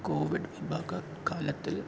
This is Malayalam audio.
കോവിഡ് വിവാദ കാലത്തിൽ